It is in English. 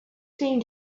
soon